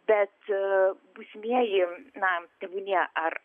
bet būsimieji na tebūnie ar